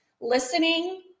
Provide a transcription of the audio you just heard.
listening